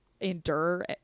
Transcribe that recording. Endure